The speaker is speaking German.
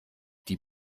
die